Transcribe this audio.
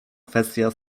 kwestia